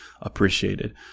appreciated